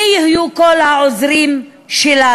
מי יהיו כל העוזרים שלנו?